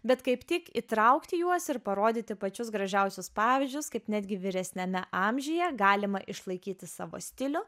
bet kaip tik įtraukti juos ir parodyti pačius gražiausius pavyzdžius kaip netgi vyresniame amžiuje galima išlaikyti savo stilių